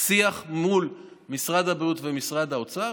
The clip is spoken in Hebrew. שיח מול משרד הבריאות ומשרד האוצר,